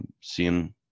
seeing